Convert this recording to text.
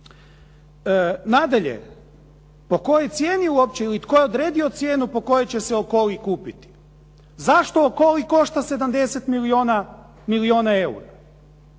Nadalje, po kojoj cijeni uopće ili tko je odredio cijenu po kojoj će se Okoli kupiti? Zašto Okoli košta 70 milijuna eura?